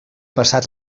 passat